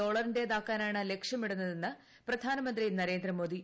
ഡോളറിന്റേതാക്കാനാണ് ലക്ഷ്യമിടുന്നതെന്ന് പ്രധാനമന്ത്രി നരേന്ദ്രമോദി